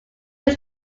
used